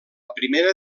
primera